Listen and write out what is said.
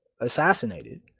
assassinated